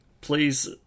Please